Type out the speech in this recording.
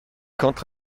quant